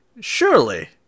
surely